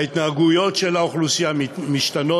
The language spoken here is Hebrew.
ההתנהגויות של האוכלוסייה משתנות,